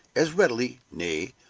as readily, nay,